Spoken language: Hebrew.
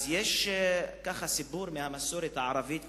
יש סיפור מהמסורת הערבית והאסלאמית,